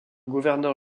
gouverneur